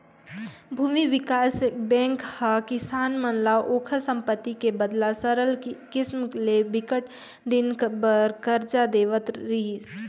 भूमि बिकास बेंक ह किसान मन ल ओखर संपत्ति के बदला सरल किसम ले बिकट दिन बर करजा देवत रिहिस